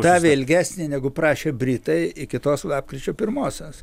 davė ilgesnį negu prašė britai iki tos lapkričio pirmosios